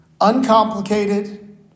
uncomplicated